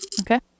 Okay